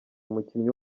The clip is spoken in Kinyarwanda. umukinnyi